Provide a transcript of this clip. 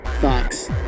Fox